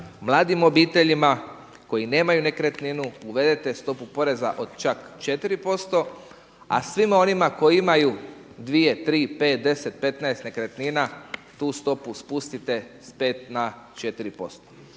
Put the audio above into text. mladim obiteljima koji nemaju nekretninu uvedete stopu poreza od čak 4 posto, a svima onima koji imaju 2, 3, 5, 10, 15 nekretnina tu stopu spustite s 5 na 4